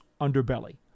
underbelly